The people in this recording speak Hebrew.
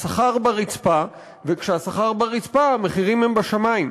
השכר ברצפה, וכשהשכר ברצפה המחירים הם בשמים.